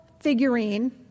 figurine